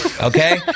okay